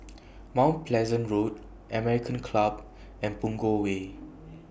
Mount Pleasant Road American Club and Punggol Way